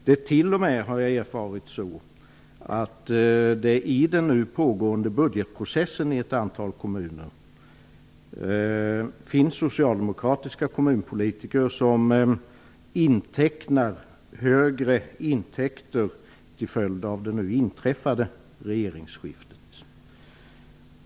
Det har till och med erfarits att det i den nu pågående budgetprocessen i ett antal kommuner finns socialdemokratiska kommunpolitiker som intecknar högre intäkter till följd av det nu inträffade regeringsskiftet.